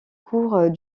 cours